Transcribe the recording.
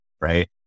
right